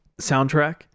soundtrack